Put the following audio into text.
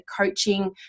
coaching